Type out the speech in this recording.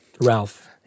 Ralph